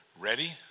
Ready